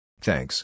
Thanks